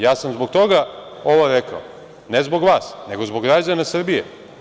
Ja sam zbog toga ovo rekao, ne zbog vas, nego zbog građana Srbije.